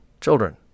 children